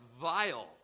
vile